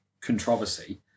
controversy